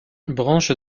branche